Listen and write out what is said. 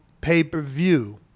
pay-per-view